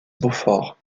beaufort